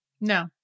No